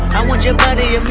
i want your body,